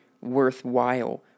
worthwhile